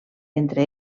entre